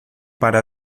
para